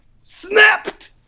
snapped